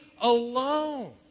alone